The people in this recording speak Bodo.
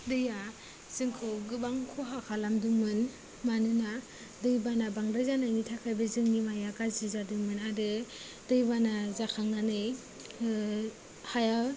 दैया जोंखौ गोबां खहा खालामदोंमोन मानोना दैबाना बांद्राय जानायनि थाखायबो जोंनि माइया गाज्रि जादोंमोन आरो दैबाना जाखांनानै हाया